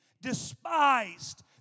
despised